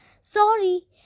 Sorry